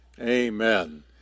amen